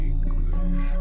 English